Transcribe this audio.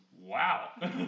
Wow